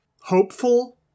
hopeful